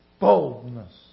boldness